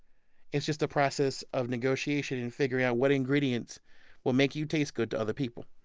it's just a process of negotiation and figuring out what ingredients will make you taste good to other people